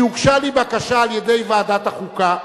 כי הוגשה לי בקשה על-ידי ועדת החוקה,